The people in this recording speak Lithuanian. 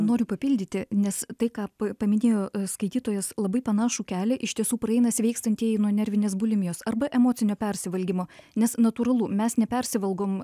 noriu papildyti nes tai ką paminėjo skaitytojas labai panašų kelią iš tiesų praeina sveikstantieji nuo nervinės bulimijos arba emocinio persivalgymo nes natūralu mes nepersivalgom